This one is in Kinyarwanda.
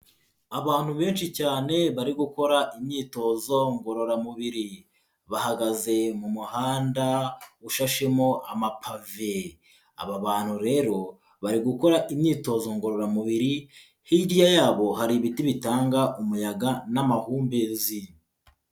Abantu benshi cyane bari gukora imyitozo ngororamubiri, bahagaze mu muhanda ushashemo amapave, aba bantu rero bari gukora imyitozo ngororamubiri, hirya yabo hari ibiti bitanga umuyaga n'amahumbezi.